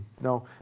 No